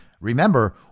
remember